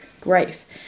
grief